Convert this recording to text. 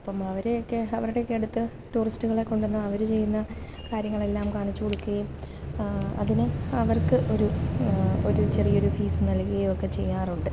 ഇപ്പോള് അവരേക്കെ അവരുടേക്കെടുത്ത് ടൂറിസ്റ്റുകളെ കൊണ്ടുചെന്ന് അവര് ചെയ്യുന്ന കാര്യങ്ങളെല്ലാം കാണിച്ച് കൊടുക്കുകയും അതിന് അവർക്ക് ഒരു ഒരു ചെറിയൊരു ഫീസ് നൽകുകയോ ഒക്കെ ചെയ്യാറുണ്ട്